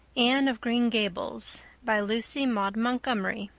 anne of green gables by lucy maud montgomery